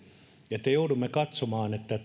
että joudumme katsomaan että